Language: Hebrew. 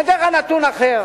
אבל אתן לך נתון אחר